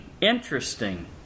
Interesting